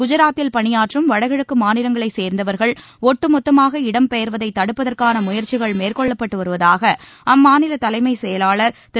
குஜராத்தில் பணியாற்றும் வடகிழக்குமாநிலங்களைச் சேர்ந்தவர்கள் ஒட்டுமொத்தமாக இடம் பெயர்வதைதடுப்பதற்கானமுயற்சிகள் மேற்கொள்ளப்பட்டுவருவதாகஅம்மாநிலதலைமைச் செயலாளர் திரு